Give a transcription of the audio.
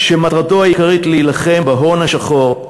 שמטרתו העיקרית להילחם בהון השחור,